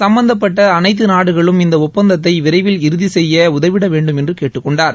சும்பந்தப்பட்ட அனைத்து நாடுகளும் இந்த ஒப்பந்தத்தை விரைவில் இறுதி செய்ய உதவிட வேண்டும் என்று கேட்டுக் கொண்டார்